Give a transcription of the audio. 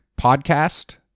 Podcast